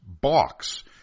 Box